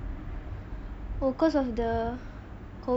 oh because of the COVID